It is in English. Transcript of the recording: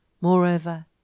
Moreover